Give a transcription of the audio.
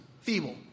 Feeble